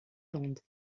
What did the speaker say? bandes